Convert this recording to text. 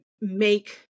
make